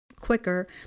quicker